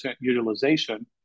utilization